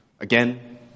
again